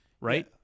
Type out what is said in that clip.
right